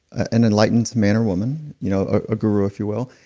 an enlightened man or woman you know a guru if you will,